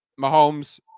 Mahomes